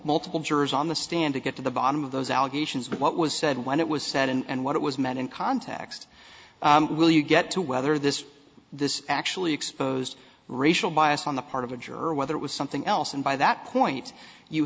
multiple jurors on the stand to get to the bottom of those allegations but what was said when it was said and what it was meant in context will you get to whether this this actually exposed racial bias on the part of a juror whether it was something else and by that point you